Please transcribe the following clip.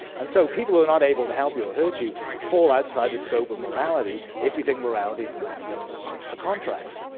and so people who are not able to help you or hurt you, fall outside the scope of morality if you think morality's a matter of a contract.